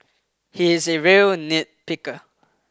he is a real nitpicker